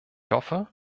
hoffe